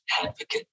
advocate